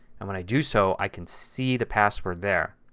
and when i do so i can see the password there.